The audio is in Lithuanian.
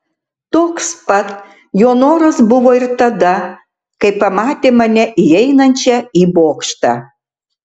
toks pat jo noras buvo ir tada kai pamatė mane įeinančią į bokštą